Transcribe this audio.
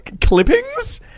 Clippings